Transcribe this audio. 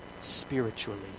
spiritually